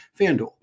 FanDuel